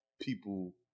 people